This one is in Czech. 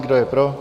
Kdo je pro?